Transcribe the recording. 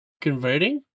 converting